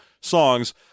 songs